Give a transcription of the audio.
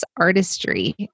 artistry